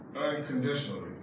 unconditionally